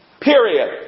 Period